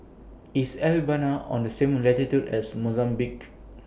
IS Albania on The same latitude as Mozambique